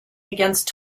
against